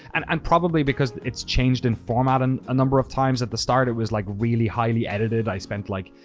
and and probably because it's changed in format and a number of times. at the start it was, like, really highly edited. i spent like,